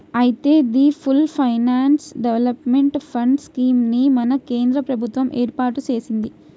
అయితే the full finance development fund scheme ని మన కేంద్ర ప్రభుత్వం ఏర్పాటు సెసింది